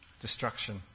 destruction